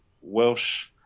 Welsh